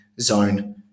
zone